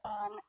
on